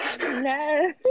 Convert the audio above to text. No